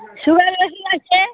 সুগারের ওষুধ আছে